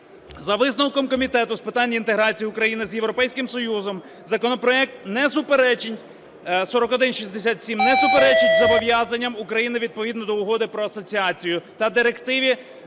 За висновком Комітету з питань інтеграції України з Європейським Союзом законопроект не суперечить, 4167 не суперечить зобов'язанням України відповідно до Угоди про асоціацію та Директиві